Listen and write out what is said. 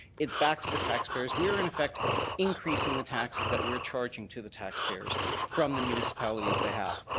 it's back to the taxpayers. we are in effect increasing the taxes that we are charging to the taxpayers from the municipal's behalf.